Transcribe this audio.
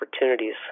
opportunities